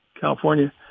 california